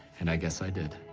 and i guess i did.